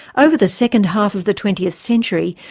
over the second half of the twentieth century,